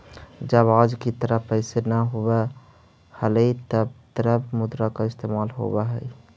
जब आज की तरह पैसे न होवअ हलइ तब द्रव्य मुद्रा का इस्तेमाल होवअ हई